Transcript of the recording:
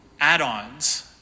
add-ons